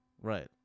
Right